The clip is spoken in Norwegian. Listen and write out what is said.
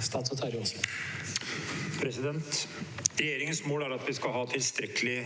Statsråd Terje Aasland Regjeringens mål er at vi skal ha tilstrekkelige